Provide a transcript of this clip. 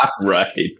Right